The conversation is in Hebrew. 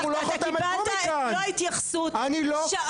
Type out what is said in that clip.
אנחנו לא חותמת גומי כאן.